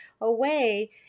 away